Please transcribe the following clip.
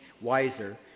wiser